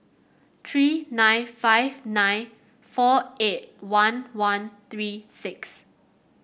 three nine five nine four eight one one three six